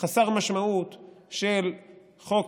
חסר משמעות של חוק